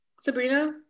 Sabrina